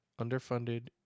underfunded